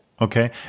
Okay